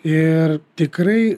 ir tikrai